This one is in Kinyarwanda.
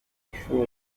kwitabwaho